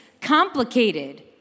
complicated